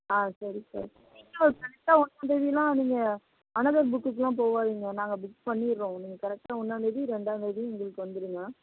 ஆ சரி சார் நீங்கள் ஒரு கரெக்டா ஒன்றாந்தேதிலாம் நீங்கள் அனதர் புக்குக்கெலாம் போகாதீங்க நாங்கள் புக் பண்ணிடறோம் நீங்கள் கரெக்டாக ஒன்றாந்தேதி ரெண்டாந்தேதி எங்களுக்கு வந்துடுங்க